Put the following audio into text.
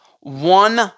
one